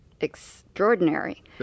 extraordinary